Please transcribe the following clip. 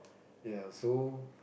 ya so